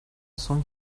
son